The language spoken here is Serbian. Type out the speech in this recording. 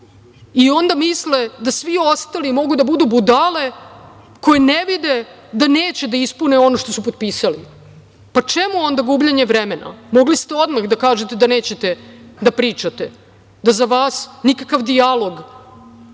i onda misle da svi ostali mogu da budu budale koje ne vide da neće da ispune ono što su potpisali. Čemu onda gubljenje vremena? Mogli ste odmah da kažete da neće da pričate, da za vas nikakav dijalog nema